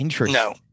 No